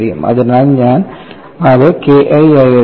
അതിനാൽ ഞാൻ അത് K I ആയി എടുക്കും